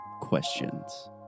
questions